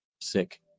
Sick